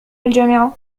الجامعة